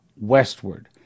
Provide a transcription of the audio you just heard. westward